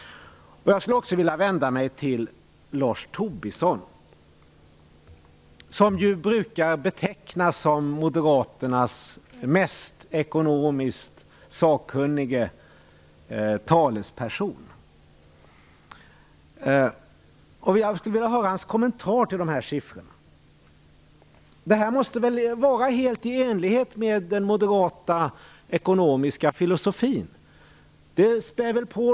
Jag skulle vilja vända mig till Lars Tobisson, som ju brukar betecknas som Moderaternas ekonomiskt sakkunnige talesperson, för att höra hans kommentar till de här siffrorna. Det här måste väl vara helt i enlighet med den moderata ekonomiska filosofin?